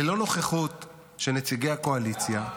ללא נוכחות של נציגי הקואליציה.